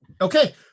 Okay